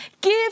give